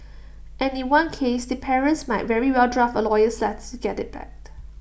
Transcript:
and in one case the parents might very well draft A lawyers let's get IT back